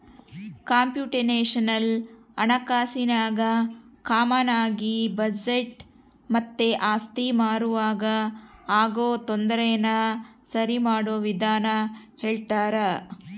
computational ಹಣಕಾಸಿನಾಗ ಕಾಮಾನಾಗಿ budget ಮತ್ತೆ ಆಸ್ತಿ ಮಾರುವಾಗ ಆಗೋ ತೊಂದರೆನ ಸರಿಮಾಡೋ ವಿಧಾನ ಹೇಳ್ತರ